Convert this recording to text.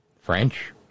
French